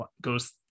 goes